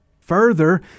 Further